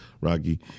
Rocky